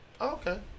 okay